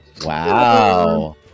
Wow